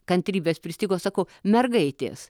kantrybės pristigo sakau mergaitės